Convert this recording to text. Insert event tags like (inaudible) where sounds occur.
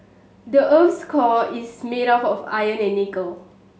the earth's core is made of (unintelligible) iron and nickel